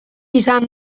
izan